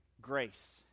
grace